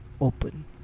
open